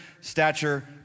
stature